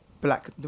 black